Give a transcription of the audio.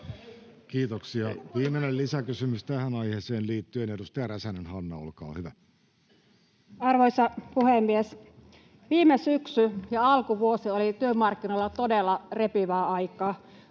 Kiitoksia. — Viimeinen lisäkysymys tähän aiheeseen liittyen. — Edustaja Räsänen, Hanna, olkaa hyvä. Arvoisa puhemies! Viime syksy ja alkuvuosi olivat työmarkkinoilla todella repivää aikaa.